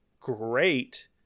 great